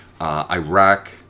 Iraq